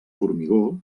formigó